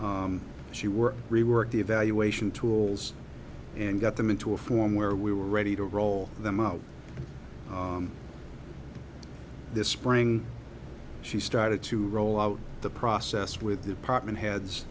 forms she were reworked the evaluation tools and got them into a form where we were ready to roll them out this spring she started to roll out the process with department heads